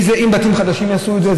אם בתים חדשים יעשו את זה,